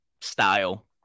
style